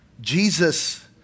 Jesus